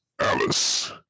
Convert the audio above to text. Alice